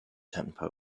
tempo